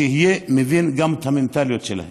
שתבין גם את המנטליות שלהם.